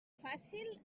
fàcil